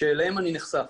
שאליהם אני נחשף,